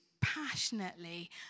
passionately